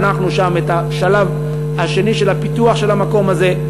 חנכנו שם את השלב השני של הפיתוח של המקום הזה.